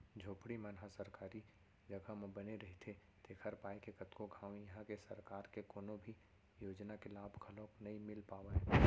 झोपड़ी मन ह सरकारी जघा म बने रहिथे तेखर पाय के कतको घांव इहां के सरकार के कोनो भी योजना के लाभ घलोक नइ मिल पावय